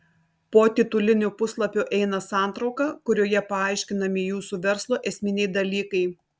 po titulinio puslapio eina santrauka kurioje paaiškinami jūsų verslo esminiai dalykai